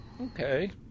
Okay